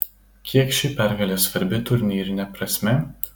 kiek ši pergalė svarbi turnyrine prasme